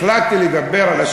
מה אני מציע?